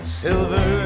silver